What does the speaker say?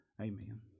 Amen